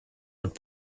und